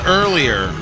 earlier